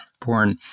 porn